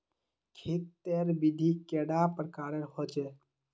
खेत तेर विधि कैडा प्रकारेर होचे?